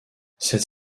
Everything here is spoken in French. cette